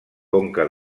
conca